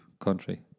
Country